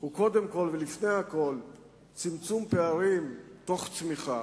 הוא קודם כול ולפני הכול צמצום פערים תוך צמיחה.